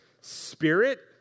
Spirit